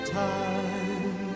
time